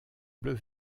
bleu